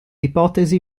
ipotesi